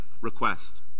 request